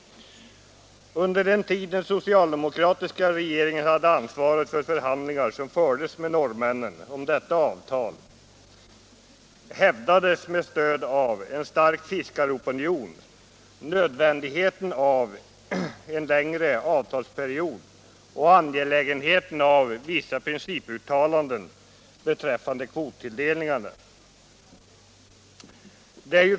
Under den tid den socialdemokratiska regeringen hade ansvaret för de förhandlingar som fördes med norrmännen om detta avtal hävdades med stöd av en stark fiskaropinion nödvändigheten av en längre avtalsperiod och angelägenheten av vissa principuttalanden beträffande kvottilldelningarna.